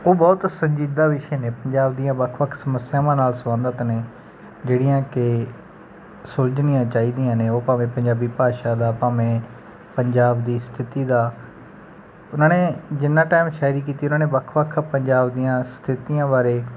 ਉਹ ਬਹੁਤ ਸੰਜੀਦਾ ਵਿਸ਼ੇ ਨੇ ਪੰਜਾਬ ਦੀਆਂ ਵੱਖ ਵੱਖ ਸਮੱਸਿਆਵਾਂ ਨਾਲ ਸੰਬੰਧਿਤ ਨੇ ਜਿਹੜੀਆਂ ਕਿ ਸੁਲਝਣੀਆਂ ਚਾਹੀਦੀਆਂ ਨੇ ਉਹ ਭਾਵੇਂ ਪੰਜਾਬੀ ਭਾਸ਼ਾ ਦਾ ਭਾਵੇਂ ਪੰਜਾਬ ਦੀ ਸਥਿਤੀ ਦਾ ਉਹਨਾਂ ਨੇ ਜਿੰਨਾ ਟਾਈਮ ਸ਼ਾਇਰੀ ਕੀਤੀ ਉਹਨਾਂ ਨੇ ਵੱਖ ਵੱਖ ਪੰਜਾਬ ਦੀਆਂ ਸਥਿਤੀਆਂ ਬਾਰੇ